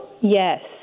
Yes